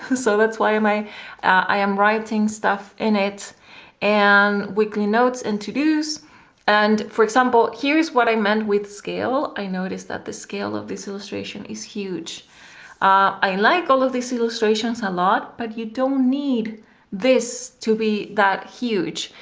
so that's why am i i am writing stuff in it and weekly notes introduced and for example here is what i meant with scale i noticed that the scale of this illustration is huge i like all of these illustrations a lot but you don't need this to be that huge,